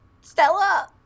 Stella